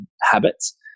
habits